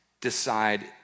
decide